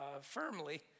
firmly